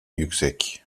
yüksek